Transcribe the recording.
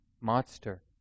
monster